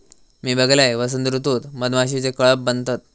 मी बघलंय, वसंत ऋतूत मधमाशीचे कळप बनतत